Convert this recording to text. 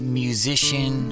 musician